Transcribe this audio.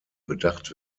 bedacht